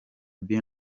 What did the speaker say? been